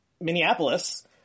Minneapolis